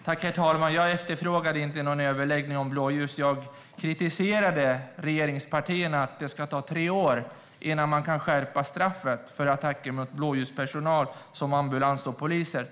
Herr talman! Jag efterfrågade inte någon överläggning om blåljuspersonal. Jag kritiserade regeringspartierna för att det ska ta tre år innan man kan skärpa straffen för attacker mot blåljuspersonal som ambulans och polis.